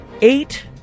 eight